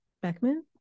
Beckman